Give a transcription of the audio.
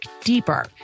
deeper